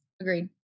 agreed